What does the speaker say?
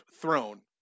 throne